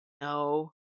No